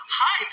hi